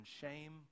shame